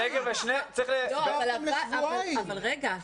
אבל רגע,